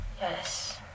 Yes